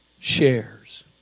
Shares